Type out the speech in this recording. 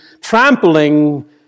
trampling